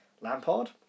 Lampard